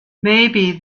maybe